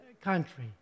country